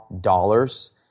dollars